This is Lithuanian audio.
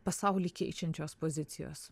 pasaulį keičiančios pozicijos